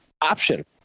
option